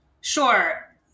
Sure